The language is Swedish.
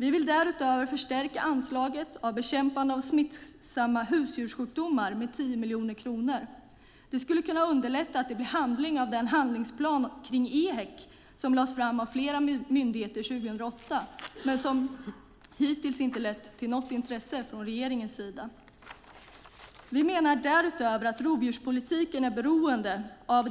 Vi vill därutöver förstärka anslaget till bekämpande av smittsamma husdjurssjukdomar med 10 miljoner kronor. Det skulle kunna underlätta att det blir handling av den handlingsplan kring EHEC som lades fram av flera myndigheter 2008 men som hittills inte lett till något intresse från regeringens sida. Vi menar därutöver att rovdjurspolitiken är beroende av